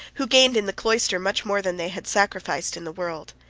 who gained in the cloister much more than they had sacrificed in the world.